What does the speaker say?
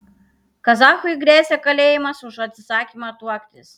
kazachui gresia kalėjimas už atsisakymą tuoktis